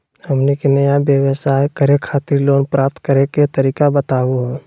हमनी के नया व्यवसाय करै खातिर लोन प्राप्त करै के तरीका बताहु हो?